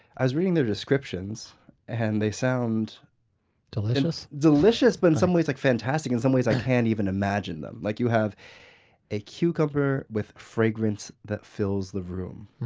i was reading their descriptions and they sound delicious? delicious, but in some ways like fantastic. in some ways, i can't even imagine them. like you have a cucumber with fragrance that fills the room.